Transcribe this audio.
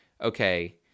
okay